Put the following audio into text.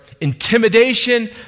intimidation